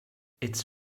its